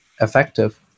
effective